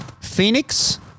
Phoenix